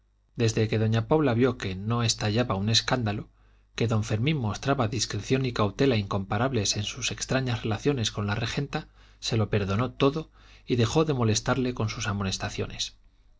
desde que doña paula vio que no estallaba un escándalo que don fermín mostraba discreción y cautela incomparables en sus extrañas relaciones con la regenta se lo perdonó todo y dejó de molestarle con sus amonestaciones